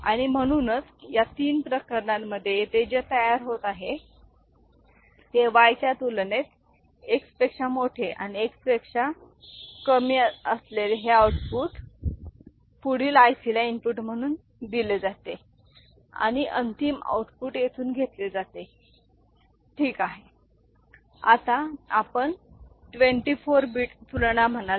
आणि म्हणूनच या तीन प्रकरणांमध्ये येथे जे तयार होत आहे ते Y च्या तुलनेत X पेक्षा मोठे आणि X पेक्षा कमी असलेले हे आउटपुट पुढील ICला इनपुट म्हणून दिले जाते आणि अंतिम आउटपुट येथून घेतले जाते ठीक आहे हे स्पष्ट आहे काय